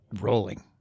rolling